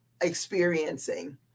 experiencing